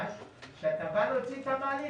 כשאתה בא להוציא את המעלית,